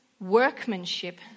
workmanship